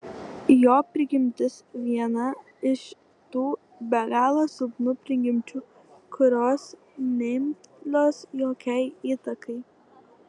jo prigimtis viena iš tų be galo silpnų prigimčių kurios neimlios jokiai įtakai